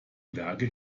werke